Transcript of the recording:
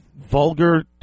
vulgar